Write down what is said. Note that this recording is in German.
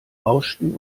rauschten